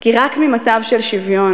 כי רק ממצב של שוויון,